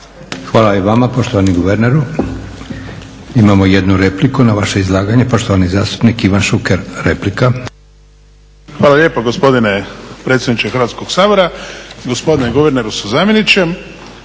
Hvala i vama poštovani guverneru. Imamo jednu repliku na vaše izlaganje, poštovani zastupnik Ivan Šuker, replika. **Šuker, Ivan (HDZ)** Hvala lijepa gospodine predsjedniče Hrvatskoga sabora, gospodine guverneru sa zamjenikom.